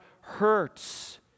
hurts